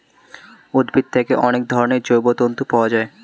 উদ্ভিদ থেকে অনেক রকমের জৈব তন্তু পাওয়া যায়